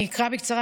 אני אקרא בקצרה,